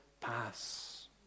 pass